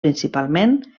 principalment